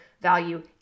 value